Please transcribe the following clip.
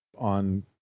on